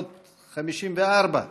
454,